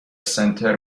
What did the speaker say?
سنتر